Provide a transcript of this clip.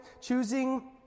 choosing